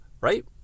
Right